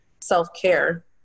self-care